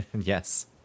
Yes